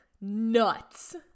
Nuts